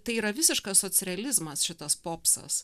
tai yra visiškas socrealizmas šitas popsas